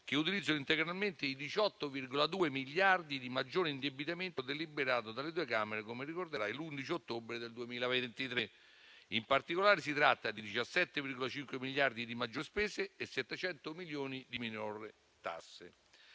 che utilizzano integralmente i 18,2 miliardi di maggiore indebitamento deliberato dalle due Camere - come ricorderete - l'11 ottobre del 2023. In particolare, si tratta di 17,5 miliardi di maggiori spese e 700 milioni di minori tasse.